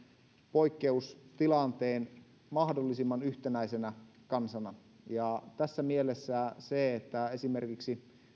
poikkeustilanteen mahdollisimman yhtenäisenä kansana ja tässä mielessä esimerkiksi